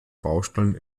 baustellen